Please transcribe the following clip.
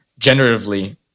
generatively